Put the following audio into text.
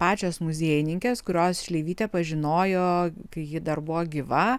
pačios muziejininkės kurios šleivytę pažinojo kai ji dar buvo gyva